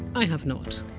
i have not.